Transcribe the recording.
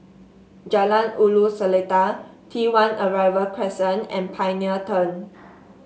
Jalan Ulu Seletar T One Arrival Crescent and Pioneer Turn